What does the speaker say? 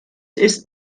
ist